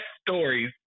stories